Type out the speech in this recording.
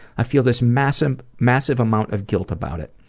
i feel this massive massive amount of guilt about it,